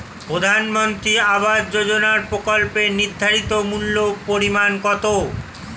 প্রধানমন্ত্রী আবাস যোজনার প্রকল্পের নির্ধারিত মূল্যে পরিমাণ কত?